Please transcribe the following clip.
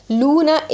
luna